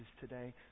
today